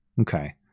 okay